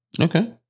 Okay